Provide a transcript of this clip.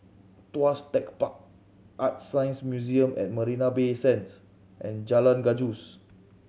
Tuas Tech Park ArtScience Museum at Marina Bay Sands and Jalan Gajus